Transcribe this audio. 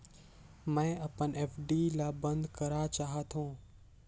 मैं अपन एफ.डी ल बंद करा चाहत हों